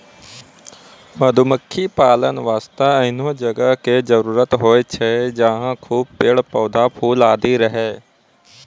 मधुमक्खी पालन वास्तॅ एहनो जगह के जरूरत होय छै जहाँ खूब पेड़, पौधा, फूल आदि रहै